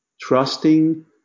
Trusting